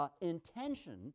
intention